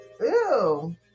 Ew